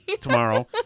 tomorrow